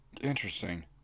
Interesting